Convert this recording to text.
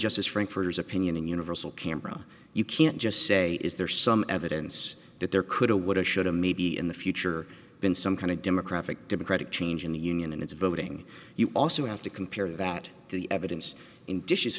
just is frankfurters opinion in universal camera you can't just say is there some evidence that there could or would have should have maybe in the future been some kind of democratic democratic change in the union and its voting you also have to compare that to the evidence in dishes